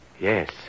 Yes